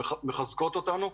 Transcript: מחזקות אותנו.